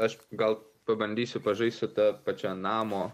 aš gal pabandysiu pažaist su ta pačia namo